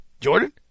Jordan